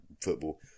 football